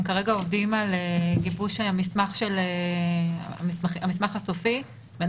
הם כרגע עובדים על גיבוש הנוסח הסופי.